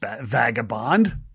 vagabond